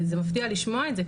זה מפתיע לשמוע את זה,